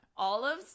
olives